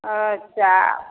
अच्छा